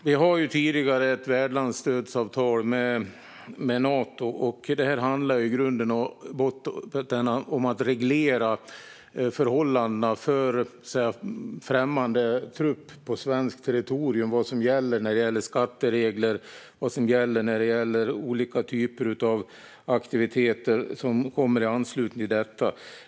Herr talman! Vi har sedan tidigare ett värdlandsstödsavtal med Nato. Det här handlar i grund och botten om att reglera förhållandena för främmande trupp på svenskt territorium och vad som gäller när det gäller skatteregler och vad som gäller när det gäller olika typer av aktiviteter som kommer i anslutning till detta.